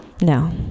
No